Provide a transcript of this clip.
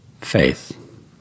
faith